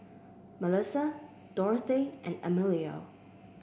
Malissa Dorthey and Emilio